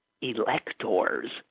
electors